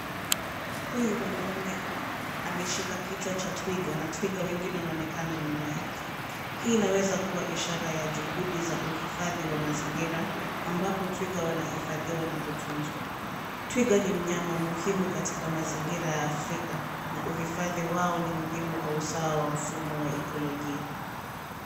Huyu mwanaume ameshika kichwa cha twiga na twiga wengine wanaonekana nyuma yake. Hii inaweza kuwa ishara ya juhudi za uhifadhi wa mazingira ambapo twiga wanahifadhiwa na kutunzwa. Twiga ni mnyama muhimu katika mazingira ya Afrika na uhifadhi wao ni muhimu kwa usawa wa mfumo wa ikolojia.